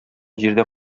җирдә